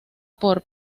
por